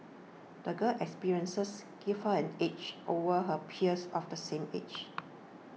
the girl's experiences gave her an edge over her peers of the same age